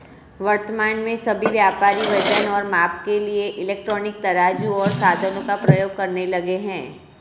वर्तमान में सभी व्यापारी वजन और माप के लिए इलेक्ट्रॉनिक तराजू ओर साधनों का प्रयोग करने लगे हैं